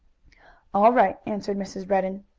all right, answered mrs. redden.